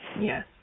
Yes